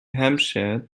hampshire